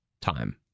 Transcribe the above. time